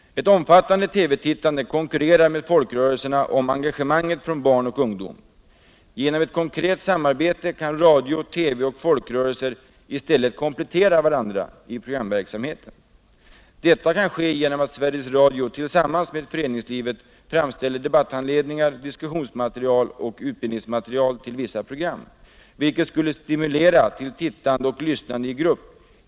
Eu omfattande TV-tittande konkurrerar med folkrörelserna om engagemaneget från barn och ungdom. Genom ct Konkret samarbete kan radio, TV och folkrörelser i stället komplettera varandra i programverksamheten. Detta kan ske genom att Sveriges Radio tillsammans med föreningslivet framställer debatthandledningar, diskussionsmaterial och utbildningsmaterial till vissa program, vilket skulle stimulera till tittande och lyssnande i grupp.